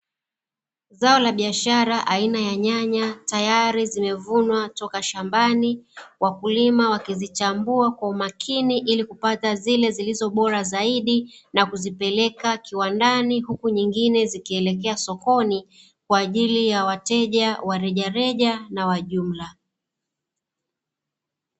Zao la biashara aina ya nyanya, tayari zimevunwa toka shambani, wakulima wakizichambua kwa umakini ili kupata zile zilizo bora zaidi na kuzipeleka kiwandani huku zingine zikielekea sokoni kwa ajili ya wateja wa rejareja na jumla.